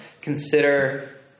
consider